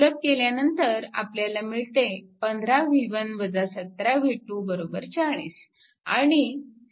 सुलभ केल्यानंतर आपल्याला मिळते 15 v1 17 v2 40